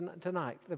tonight